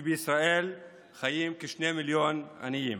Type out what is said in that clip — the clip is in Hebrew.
כשבישראל חיים כשני מיליון עניים,